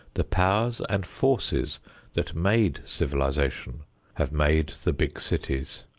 the powers and forces that made civilization have made the big cities.